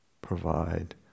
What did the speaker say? provide